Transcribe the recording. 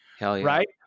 right